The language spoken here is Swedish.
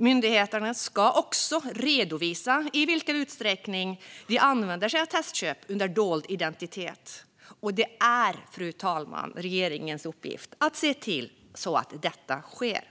Myndigheterna ska också redovisa i vilken utsträckning de använder sig av testköp under dold identitet, och det är, fru talman, regeringens uppgift att se till att detta sker.